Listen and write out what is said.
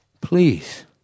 please